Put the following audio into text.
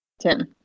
Ten